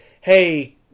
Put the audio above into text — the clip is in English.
Hey